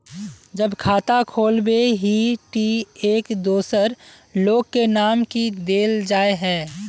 जब खाता खोलबे ही टी एक दोसर लोग के नाम की देल जाए है?